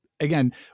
again